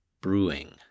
brewing